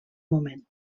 moment